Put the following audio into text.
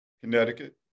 Connecticut